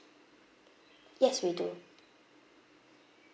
yes we do